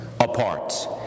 apart